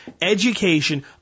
education